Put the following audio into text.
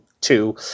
two